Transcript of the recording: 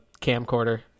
camcorder